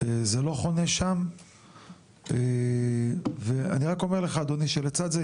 זה לא חונה שם ואני רק אומר לך אדוני שלצד זה,